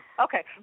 okay